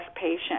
patient